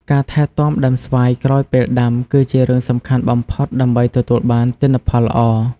ការថែទាំដើមស្វាយក្រោយពេលដាំ គឺជារឿងសំខាន់បំផុតដើម្បីទទួលបានទិន្នផលល្អ។